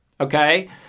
okay